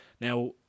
Now